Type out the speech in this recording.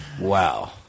wow